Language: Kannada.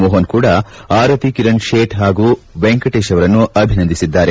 ಮೋಪನ್ ಕೂಡಾ ಆರತಿ ಕಿರಣ್ ಶೇಠ್ ಹಾಗೂ ವೆಂಕಟೇಶ್ ಅವರನ್ನು ಅಭಿನಂದಿಸಿದ್ದಾರೆ